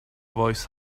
voice